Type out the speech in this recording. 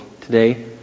today